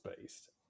based